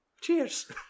cheers